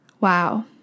Wow